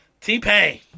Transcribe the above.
T-Pain